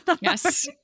Yes